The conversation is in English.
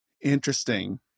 Interesting